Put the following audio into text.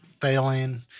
failing